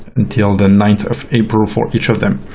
until the ninth of april for each of them.